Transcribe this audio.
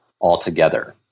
altogether